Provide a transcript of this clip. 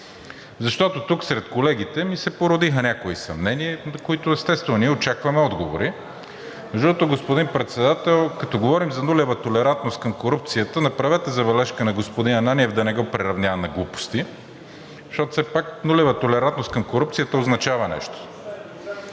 защото тук сред колегите ми се породиха някои съмнения, на които, естествено, ние очакваме отговори. Между другото, господин Председател, като говорим за нулева толерантност към корупцията, направете забележка на господин Ананиев да не го приравнява на глупости, защото все пак нулева толерантност към корупцията означава нещо.